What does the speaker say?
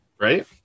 right